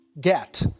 get